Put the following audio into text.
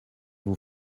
vous